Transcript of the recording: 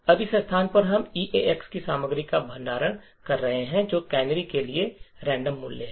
अब इस स्थान पर हम EAX की सामग्री का भंडारण कर रहे हैं जो कैनरी के लिए रेंडम मूल्य है